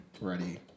ready